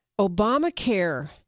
Obamacare